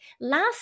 Last